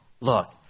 look